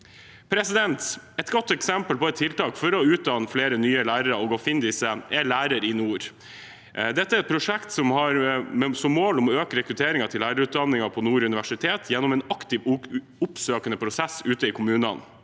utvikling. Et godt eksempel på et tiltak for å utdanne flere nye lærere og å finne disse er LæreriNord. Dette er et prosjekt som har som mål å øke rekrutteringen til lærerutdanningen på Nord universitet, gjennom en aktiv og oppsøkende prosess ute i kommunene.